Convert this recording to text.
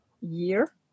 year